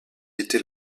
été